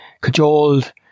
cajoled